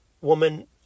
woman